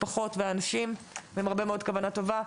עם הרבה מאוד כוונה טובה.